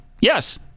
Yes